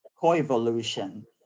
co-evolution